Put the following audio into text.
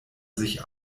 sich